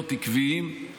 להיות עקביים.